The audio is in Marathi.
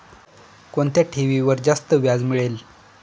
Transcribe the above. कोणत्या ठेवीवर जास्त व्याज मिळेल?